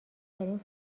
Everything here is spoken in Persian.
این